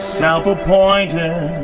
self-appointed